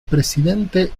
presidente